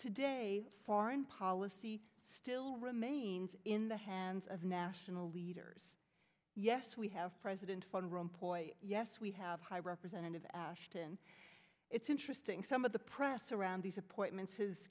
today foreign policy still remains in the hands of national leaders yes we have president fun run point yes we have high representative ashton it's interesting some of the press around these appointments h